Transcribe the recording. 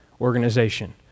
organization